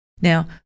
now